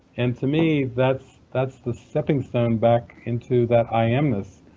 and to me, that's that's the stepping stone back into that i am-ness.